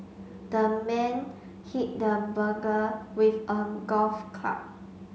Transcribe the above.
the man hit the burglar with a golf club